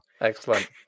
Excellent